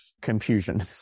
confusion